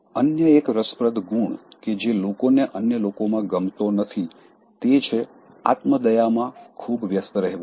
અન્ય એક રસપ્રદ ગુણ કે જે લોકોને અન્ય લોકોમાં ગમતો નથી તે છે આત્મ દયામાં ખૂબ વ્યસ્ત રહેવું